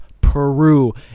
Peru